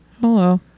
hello